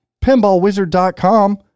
Pinballwizard.com